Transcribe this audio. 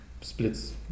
splits